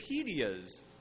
Wikipedia's